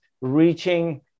reaching